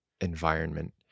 environment